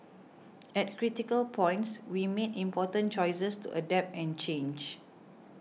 at critical points we made important choices to adapt and change